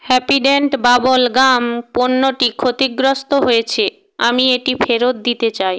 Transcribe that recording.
Happydent bubble gum পণ্যটি ক্ষতিগ্রস্থ হয়েছে আমি এটি ফেরত দিতে চাই